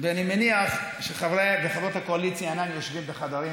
ואני מניח שחברי וחברות הקואליציה אינם יושבים בחדרים